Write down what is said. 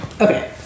Okay